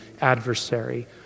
adversary